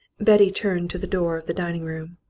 betty turned to the door of the dining-room.